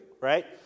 right